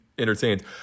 entertained